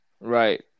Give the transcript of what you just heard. right